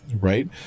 right